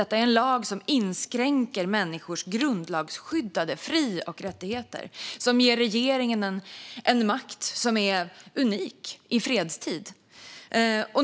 Detta är en lag som inskränker människors grundlagsskyddade fri och rättigheter och ger regeringen en makt som är unik i fredstid.